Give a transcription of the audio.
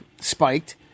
spiked